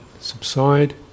subside